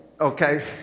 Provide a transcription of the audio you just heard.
Okay